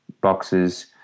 boxes